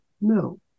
No